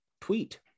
tweet